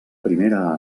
primera